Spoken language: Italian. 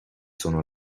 sono